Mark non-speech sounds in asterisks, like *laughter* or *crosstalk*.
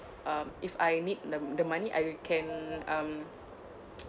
um if I need the the money I can um *noise*